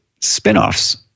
spinoffs